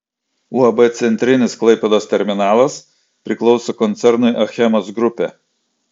uab centrinis klaipėdos terminalas priklauso koncernui achemos grupė